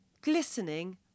glistening